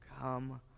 Come